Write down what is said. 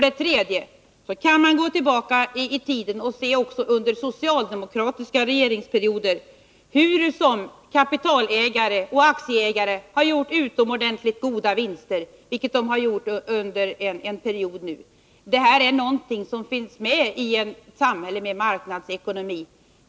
Vidare: Man kan gå tillbaka i tiden och se hur kapitalägare och aktieägare också under socialdemokratiska regeringsperioder gjort utomordentligt goda vinster, vilket de har gjort under en period nu. Det är någonting som finns med i ett samhälle med marknadsekonomi.